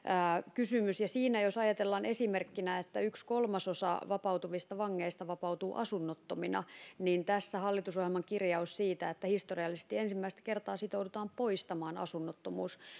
kysymys jos ajatellaan esimerkkinä että yksi kolmasosa vapautuvista vangeista vapautuu asunnottomina niin tässä hallitusohjelman kirjaus siitä että historiallisesti ensimmäistä kertaa sitoudutaan poistamaan asunnottomuus